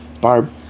Barb